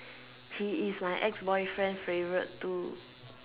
he is my ex-boyfriend favourite too